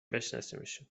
بشناسیمشون